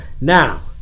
now